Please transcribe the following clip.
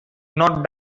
not